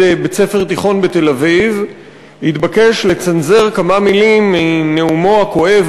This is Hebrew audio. בית-ספר תיכון בתל-אביב התבקש לצנזר כמה מילים מנאומו הכואב